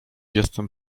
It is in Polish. jestem